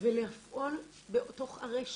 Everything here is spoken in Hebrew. ולפעול בתוך הרשת,